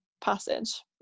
passage